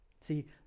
See